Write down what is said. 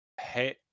Hey